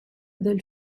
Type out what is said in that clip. del